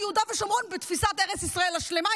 יהודה ושומרון בתפיסת ארץ ישראל השלמה,